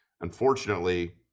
unfortunately